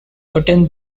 thirteen